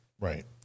Right